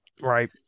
Right